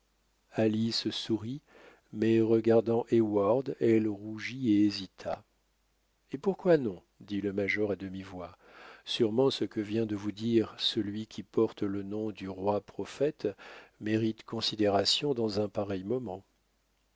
alice sourit mais regardant heyward elle rougit et hésita et pourquoi non dit le major à demi-voix sûrement ce que vient de vous dire celui qui porte le nom du roi prophète mérite considération dans un pareil moment